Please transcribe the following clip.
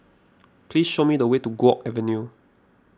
please show me the way to Guok Avenue